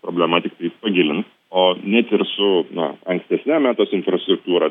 problema tiktais pagilins o net ir su na ankstesne metos infrastruktūra